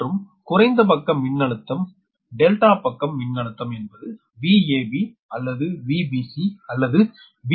மற்றும் குறைந்த பக்க மின்னழுத்த ∆ பக்கம் மின்னழுத்தம் என்பது VABor VBCor VCA ஆகும்